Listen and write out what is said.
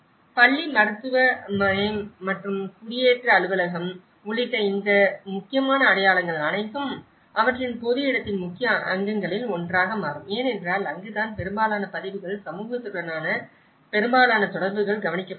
பள்ளி மருத்துவ மருத்துவமனை மற்றும் குடியேற்ற அலுவலகம் உள்ளிட்ட இந்த முக்கியமான அடையாளங்கள் அனைத்தும் அவற்றின் பொது இடத்தின் முக்கிய அங்கங்களில் ஒன்றாக மாறும் ஏனென்றால் அங்குதான் பெரும்பாலான பதிவுகள் சமூகத்துடனான பெரும்பாலான தொடர்புகள் கவனிக்கப்படுகின்றன